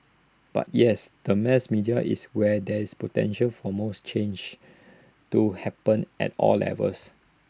but yes the mass media is where there is potential for most change to happen at all levels